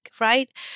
right